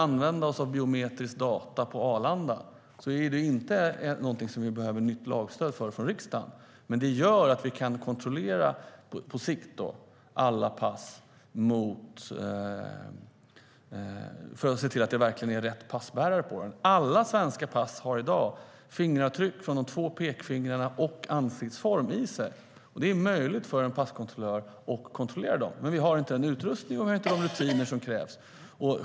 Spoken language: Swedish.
Användningen av biometrisk data på Arlanda är inget vi behöver nytt lagstöd för från riksdagen, men det gör att vi på sikt kan kontrollera alla pass för att se till att det är rätt passbärare. Alla svenska pass har i dag fingeravtryck från båda pekfingrar och ansiktsform i sig, och det är möjligt för en passkontrollör att kontrollera det. Vi har dock inte den utrustning och de rutiner som krävs.